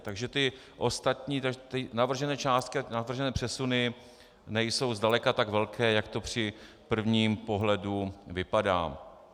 Takže ty ostatní navržené částky, navržené přesuny nejsou zdaleka tak velké, jak to při prvním pohledu vypadá.